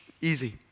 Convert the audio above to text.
Easy